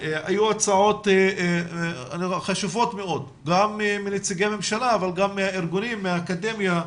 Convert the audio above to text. היו הצעות חשובות מאוד גם מנציגי ממשלה וגם מהארגונים והאקדמיה,